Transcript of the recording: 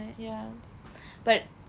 ya but